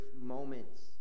moments